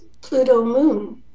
Pluto-Moon